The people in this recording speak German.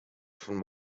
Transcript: von